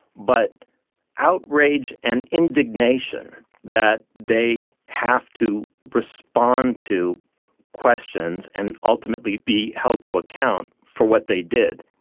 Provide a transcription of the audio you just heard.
but outrage and indignation that they have to respond to questions and ultimately be held to account for what they did.